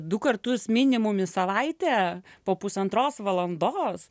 du kartus minimum į savaitę po pusantros valandos